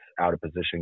out-of-position